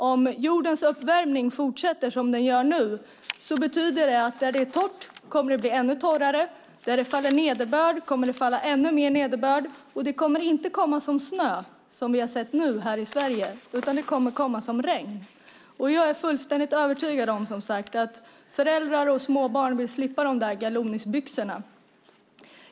Om jordens uppvärmning fortsätter som den gör nu betyder det att där det är torrt kommer det att bli ännu torrare och där det faller nederbörd kommer det att falla ännu mer nederbörd. Och det kommer inte att komma som snö, som vi har sett nu här i Sverige, utan det kommer att komma som regn. Jag är som sagt fullständigt övertygad om att föräldrar och småbarn vill slippa de där galonbyxorna.